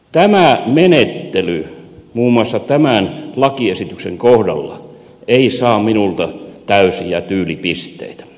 tämä menettely muun muassa tämän lakiesityksen kohdalla ei saa minulta täysiä tyylipisteitä